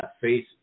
face